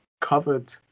covered